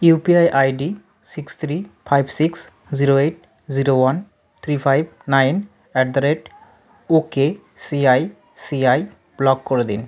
UPI ID six three five six zero eight zero one three five nine at the rate okay C I C I block করে দিন